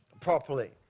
properly